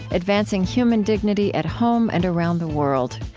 advancing human dignity at home and around the world.